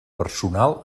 personal